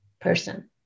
person